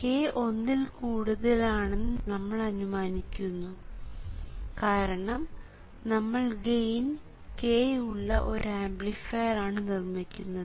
k ഒന്നിൽ കൂടുതലാണെന്ന് നമ്മൾ അനുമാനിക്കും കാരണം നമ്മൾ ഗെയിൻ k ഉള്ള ഒരു ആംപ്ലിഫയർ ആണ് നിർമ്മിക്കുന്നത്